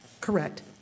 correct